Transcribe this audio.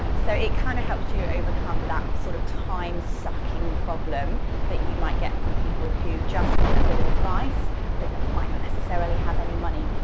um so it kind of helps you you overcome that sort of time sucking problem that you might get from people who just want a bit of advice but might not necessarily have any money.